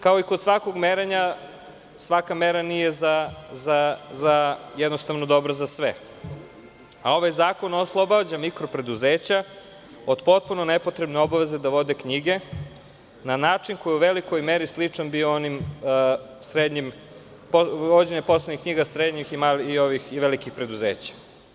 Kao i kod svakog merenja, svaka mera nije jednostavno dobra za sve, a ovaj zakon oslobađa mikropreduzeća od potpuno nepotrebne obaveze da vode knjige na način koji u velikoj meri je sličan bio vođenju poslovnih knjiga srednjih i malih i velikih preduzeća.